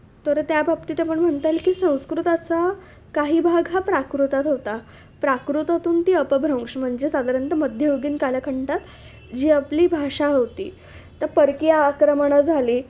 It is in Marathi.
तर त्या बाबतीत आपण म्हणता येईल की संस्कृताचा काही भाग हा प्राकृतात होता प्राकृतातून ती अपभ्रंश म्हणजे साधारणत मध्ययुगीन कालखंडात जी आपली भाषा होती तर परकीय आक्रमणं झाली